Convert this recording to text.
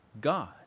God